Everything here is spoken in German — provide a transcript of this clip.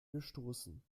gestoßen